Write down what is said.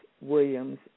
Williams